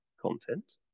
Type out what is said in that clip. content